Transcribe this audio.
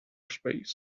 space